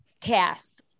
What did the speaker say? cast